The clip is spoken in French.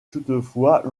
toutefois